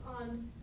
on